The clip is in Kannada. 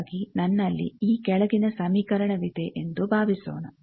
ಹಾಗಾಗಿ ನನ್ನಲ್ಲಿ ಈ ಕೆಳಗಿನ ಸಮೀಕರಣವಿದೆ ಎಂದು ಭಾವಿಸೋಣ